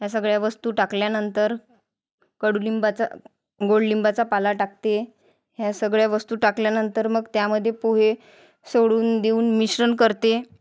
ह्या सगळ्या वस्तू टाकल्यानंतर कडुलिंबाचा गोडलिंबाचा पाला टाकते ह्या सगळ्या वस्तू टाकल्यानंतर मग त्यामध्ये पोहे सोडून देऊन मिश्रण करते